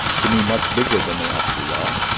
to be much bigger than they actually are.